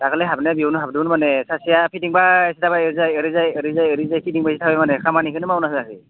दाखालि हाबनाया बेयावनो हाबदोमोन माने सासेया फिदिंबायसो थाबाय ओरैजाय ओरैजाय फिदिंबाय थाबाय माने खामानिखौनो मावना होवाखै